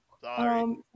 Sorry